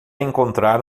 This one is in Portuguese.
encontrar